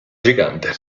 gigante